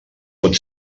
pot